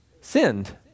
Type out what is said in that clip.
sinned